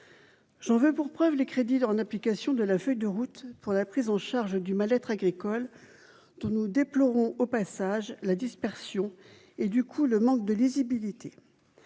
J'en veux pour preuve les crédits là en application de la feuille de route pour la prise en charge du mal-être agricole tout nous déplorons au passage la dispersion et du coup, le manque de lisibilité,